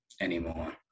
anymore